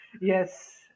Yes